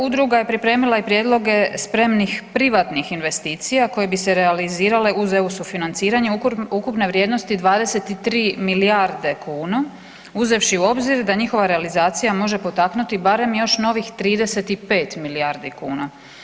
Udruga je pripremila i prijedloge spremnih privatnih investicija koje bi se realizirale uz EU sufinanciranje ukupne vrijednosti 23 milijarde kuna uzevši u obzir da njihova realizacija može potaknuti barem još novih 35 milijardi kuna.